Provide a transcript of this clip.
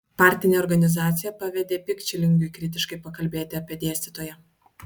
partinė organizacija pavedė pikčilingiui kritiškai pakalbėti apie dėstytoją